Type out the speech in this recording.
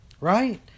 Right